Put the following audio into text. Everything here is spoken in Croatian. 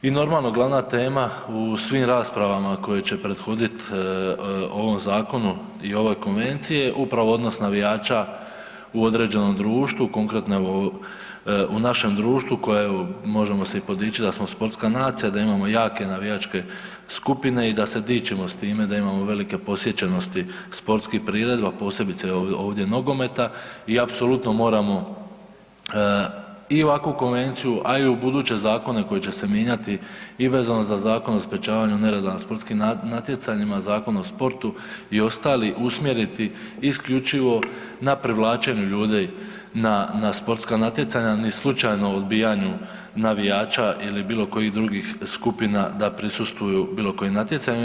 I normalno, glavna tema u svim raspravama koje će prethodit ovom zakonu i ovoj konvenciji je upravo odnos navijača u određenom društvu, konkretno evo u našem društvu koje evo možemo se i podičit da smo sportska nacija, da imamo jake navijačke skupine i da se dičimo s time da imamo velike posjećenosti sportskih priredba, a posebice ovdje nogometa i apsolutno moramo i ovakvu konvenciju, a i u buduće zakone koji će se mijenjati i vezano za Zakon o sprječavanju nereda na sportskim natjecanjima, Zakon o sportu i ostali usmjeriti isključivo na privlačenju ljudi na, na sportska natjecanja, ni slučajno odbijanju navijača ili bilo kojih drugih skupina da prisustvuju bilo kojem natjecanju.